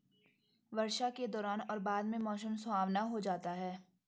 वर्षा के दौरान और बाद में मौसम सुहावना हो जाता है